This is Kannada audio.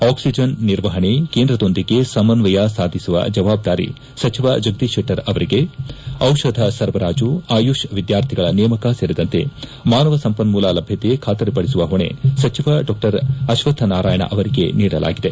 ಅಕ್ಸಿಜನ್ ನಿರ್ವಹಣೆ ಕೇಂದ್ರದೊಂದಿಗೆ ಸಮನ್ನಯ ಸಾಧಿಸುವ ಜವಾಬ್ದಾರಿ ಸಚಿವ ಜಗದೀಶ್ ಕೆಟ್ಟರ್ ಅವರಿಗೆ ಔಷಧ ಸರಬರಾಜು ಅಯುಷ್ ವಿದ್ಯಾರ್ಥಿಗಳ ನೇಮಕ ಸೇರಿದಂತೆ ಮಾನವ ಸಂಪನ್ಮೂಲ ಲಭ್ಯತ ಖಾತರಿಪದಿಸುವ ಹೊಣೆ ಸಚಿವ ಡಾ ಅಶ್ವಕ್ಕ ನಾರಾಯಣ ಅವರಿಗೆ ನೀಡಲಾಗಿದೆ